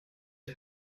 est